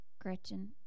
Gretchen